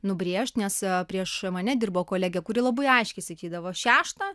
nubrėžt nes prieš mane dirbo kolegė kuri labai aiškiai sakydavo šeštą